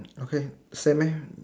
okay same here